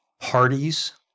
parties